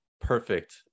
perfect